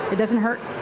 it doesn't hurt